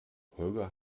holger